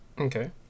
Okay